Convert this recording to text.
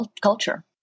culture